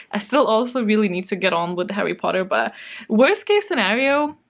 i still also really need to get on with harry potter, but worst case scenario